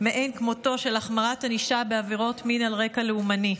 מאין כמותו להחמרת הענישה בעבירות מין על רקע לאומני.